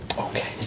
Okay